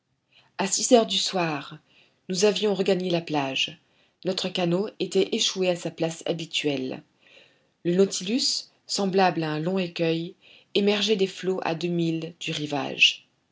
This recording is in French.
a six heures du soir nous avions regagné la plage notre canot était échoué à sa place habituelle le nautilus semblable à un long écueil émergeait des flots à deux milles du rivage